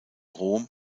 rom